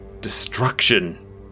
destruction